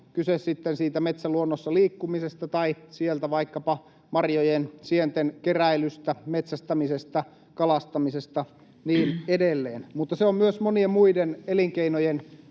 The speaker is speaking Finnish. kyse sitten siitä metsäluonnossa liikkumisesta tai vaikkapa marjojen ja sienten keräilystä, metsästämisestä, kalastamisesta, niin edelleen, mutta se on myös monien muiden elinkeinojen